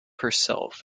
herself